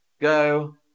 Go